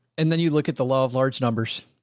and then you look at the law of large numbers,